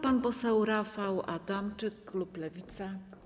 Pan poseł Rafał Adamczyk, klub Lewica.